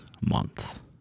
month